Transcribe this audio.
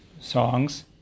songs